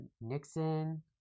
Nixon